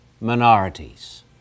minorities